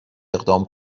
اقدام